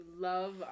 love